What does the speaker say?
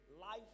life